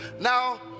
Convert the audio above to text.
Now